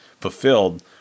fulfilled